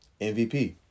MVP